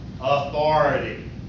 Authority